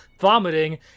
vomiting